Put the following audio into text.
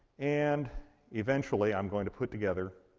and eventually, i'm going to put together.